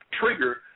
trigger